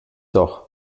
doch